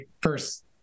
first